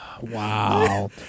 Wow